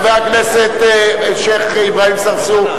חבר הכנסת שיח' אברהים צרצור?